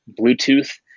bluetooth